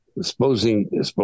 supposing